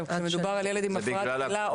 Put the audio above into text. מדובר על ילד עם הפרעת אכילה,